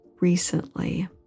recently